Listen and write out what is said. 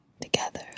together